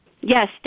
Yes